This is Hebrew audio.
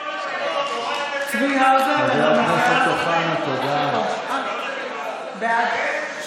נגמר הספין הפוליטי, די, די, מספיק.